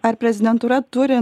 ar prezidentūra turi